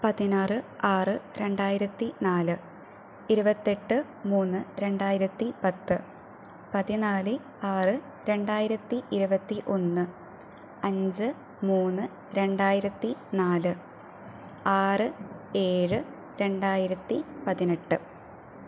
പതിനാറ് ആറ് രണ്ടായിരത്തി നാല് ഇരുപത്തെട്ട് മൂന്ന് രണ്ടായിരത്തി പത്ത് പതിനാല് ആറ് രണ്ടായിരത്തി ഇരുപത്തി ഒന്ന് അഞ്ച് മൂന്ന് രണ്ടായിരത്തി നാല് ആറ് ഏഴ് രണ്ടായിരത്തി പതിനെട്ട്